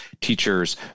teachers